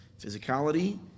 Physicality